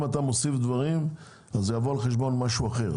אם אתה מוסיף דברים, זה יבוא על חשבון משהו אחד.